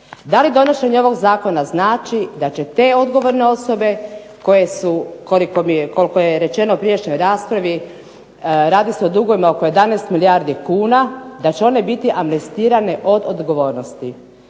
Da li donošenje ovog zakona znači da će te odgovorne osobe koje su, koliko je rečeno u prijašnjoj raspravi radi se o dugovima oko 11 milijardi kuna da će one biti amnestirane od odgovornosti.